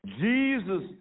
Jesus